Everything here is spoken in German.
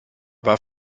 war